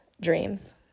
dreams